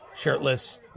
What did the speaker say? shirtless